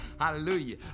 Hallelujah